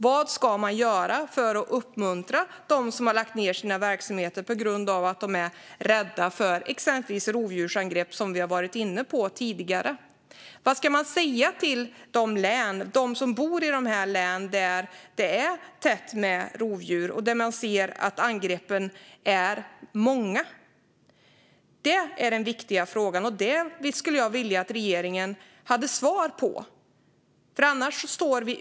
Vad ska man göra för att uppmuntra dem som väljer att lägga ned sina verksamheter på grund av att de är rädda för exempelvis rovdjursangrepp, som vi har varit inne på tidigare? Vad ska man säga till dem som bor i län där det är tätt med rovdjur och angreppen är många? Det är den viktiga frågan. Jag skulle vilja att regeringen hade svar på det.